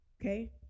okay